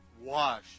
wash